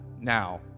now